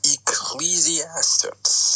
Ecclesiastes